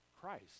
Christ